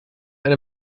eine